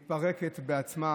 מתפרקת בעצמה.